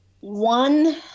One